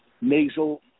nasal